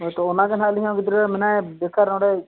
ᱦᱳᱭ ᱛᱚ ᱚᱱᱟ ᱜᱮᱱᱟᱦᱟᱜ ᱟᱹᱞᱧ ᱦᱚᱸ ᱜᱤᱫᱽᱨᱟᱹ ᱢᱮᱱᱟᱭᱟ ᱵᱮᱠᱟᱨ ᱱᱚᱰᱮᱭ